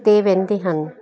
ਤੇ ਵਹਿੰਦੇ ਹਨ